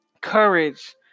courage